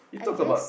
it talk about